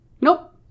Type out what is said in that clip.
Nope